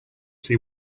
see